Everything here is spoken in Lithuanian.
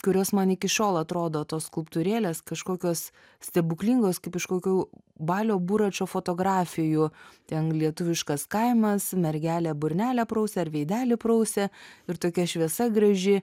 kurios man iki šiol atrodo tos skulptūrėlės kažkokios stebuklingos kaip iš kokių balio buračo fotografijų ten lietuviškas kaimas mergelė burnelę prausė ar veidelį prausė ir tokia šviesa graži